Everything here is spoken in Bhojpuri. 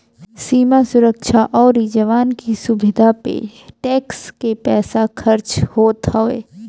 सीमा सुरक्षा अउरी जवान की सुविधा पे टेक्स के पईसा खरच होत हवे